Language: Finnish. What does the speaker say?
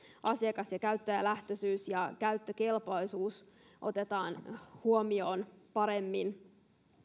asiakas ja käyttäjälähtöisyys ja käyttökelpoisuus otetaan huomioon paremmin